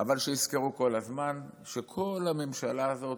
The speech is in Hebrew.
אבל שיזכרו כל הזמן שכל הממשלה הזאת,